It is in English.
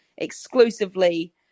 exclusively